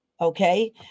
okay